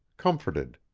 comforted.